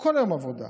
כל היום עבודה.